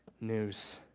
news